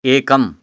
एकम्